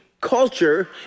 culture